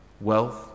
wealth